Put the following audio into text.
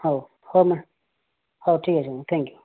ହଉ ହଉ ମାଁ ହଉ ଠିକ୍ ଅଛି ମା ଥାଙ୍କ ୟୁ